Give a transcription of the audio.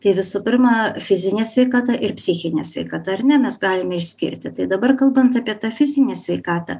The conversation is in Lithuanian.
tai visų pirma fizinė sveikata ir psichinė sveikata ar ne mes galime išskirti tai dabar kalbant apie tą fizinę sveikatą